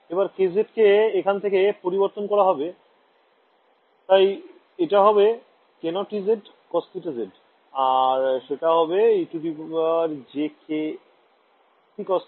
এবার kz কে এখান থেকে পরিবর্তন করা যাবে তাই এটা হবে k0ez cos θ z আর সেটা হবে ejk0p cos θ z e−k0q cos θ z